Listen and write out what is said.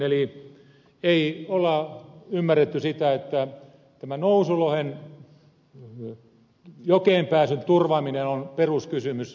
eli ei ole ymmärretty sitä että tämän nousulohen jokeen pääsyn turvaaminen on peruskysymys lohipolitiikassa